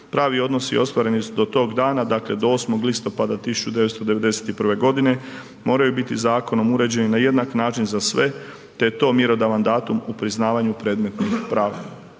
pravi odnosi ostvareni su do tog dana, dakle do 8. listopada 1991. g. moraju biti zakonom uređeni na jednak način za sve te je to mjerodavan datum u priznavanju predmetnih prava.